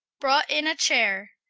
brought in a chayre,